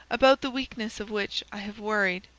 about the weakness of which i have worried.